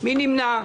מי נמנע?